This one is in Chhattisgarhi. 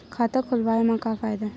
खाता खोलवाए मा का फायदा हे